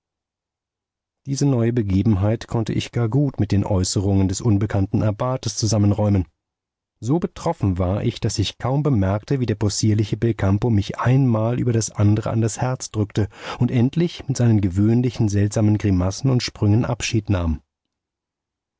diese neue begebenheit konnte ich gar gut mit den äußerungen des unbekannten abbates zusammenräumen so betroffen war ich daß ich kaum bemerkte wie der possierliche belcampo mich ein mal über das andere an das herz drückte und endlich mit seinen gewöhnlichen seltsamen grimassen und sprüngen abschied nahm